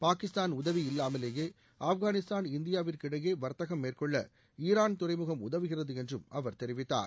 பாகிஸ்தான் உதவி இல்வாமலேயே ஆப்கானிஸ்தான் இந்தியாவிற்கிடையே வா்த்தகம் மேற்கொள்ள ஈரான் துறைமுகம் உதவுகிறது என்றும் அவர் தெரிவித்தார்